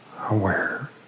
Aware